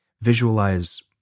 visualize